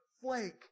flake